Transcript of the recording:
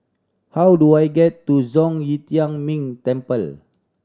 how do I get to Zhong Yi Tian Ming Temple